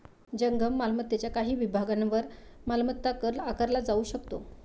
जंगम मालमत्तेच्या काही विभागांवर मालमत्ता कर आकारला जाऊ शकतो